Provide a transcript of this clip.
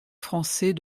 français